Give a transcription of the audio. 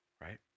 Right